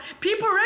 People